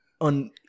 on